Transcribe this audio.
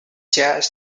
jazz